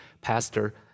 Pastor